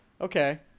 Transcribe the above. Okay